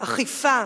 אכיפה,